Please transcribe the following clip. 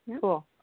Cool